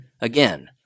again